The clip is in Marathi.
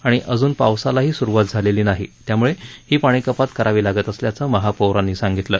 आणि अजून पावसालाही सुरुवात झाली नाहीत्यामुळे ही पाणीकपात करावी लागत असल्याचं महापौरांनी सांगितलं